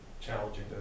challenging